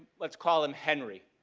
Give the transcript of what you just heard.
let's call him henry.